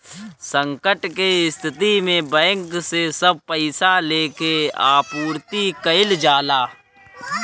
संकट के स्थिति में बैंक से सब पईसा लेके आपूर्ति कईल जाला